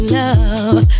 love